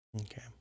Okay